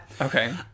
Okay